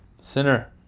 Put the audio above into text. sinner